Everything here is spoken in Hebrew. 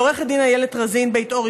לעו"ד איילת רזין בית-אור,